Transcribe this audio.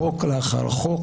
חוק אחר חוק,